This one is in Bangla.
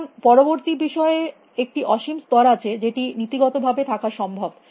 সুতরাং পরবর্তী বিষয়ের একটি অসীম স্তর আছে যেটি নীতিগত ভাবে থাকা সম্ভব